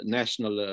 national